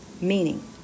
meaning